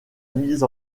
mise